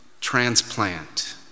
transplant